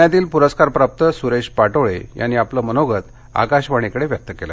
पुण्यातील पुरस्कारप्राप्त सुरेश पाटोळे यांनी आपलं मनोगत आकाशवाणीकडे व्यक्त केलं